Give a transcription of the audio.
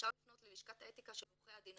אפשר לפנות ללשכת האתיקה של עורכי הדין.